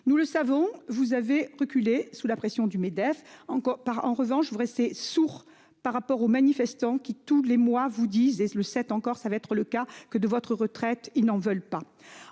Nous le savons, vous avez reculé sous la pression du MEDEF encore par en revanche vous restez sourd par rapport aux manifestants qui tous les mois vous disent et le sept encore ça va être le cas que de votre retraite. Ils n'en veulent pas.